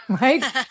right